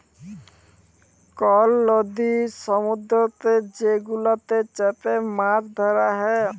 call লদি সমুদ্দুরেতে যে গুলাতে চ্যাপে মাছ ধ্যরা হ্যয়